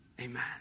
Amen